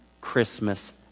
Christmas